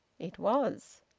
it was.